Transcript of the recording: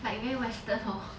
like very western hor